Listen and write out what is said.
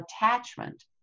attachment